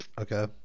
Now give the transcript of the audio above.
Okay